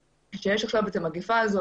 שיש עכשיו את המגפה הזו,